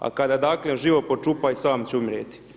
A kada dakle i živo počiva i sam će umrijeti.